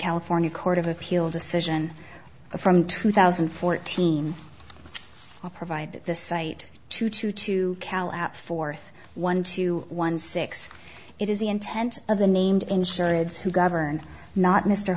california court of appeal decision from two thousand and fourteen i'll provide the site two to two cal at fourth one two one six it is the intent of the named insurance who govern not mr